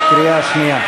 בקריאה שנייה.